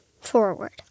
Forward